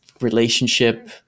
relationship